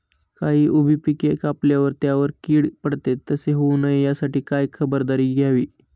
काही उभी पिके कापल्यावर त्यावर कीड पडते, तसे होऊ नये यासाठी काय खबरदारी घ्यावी?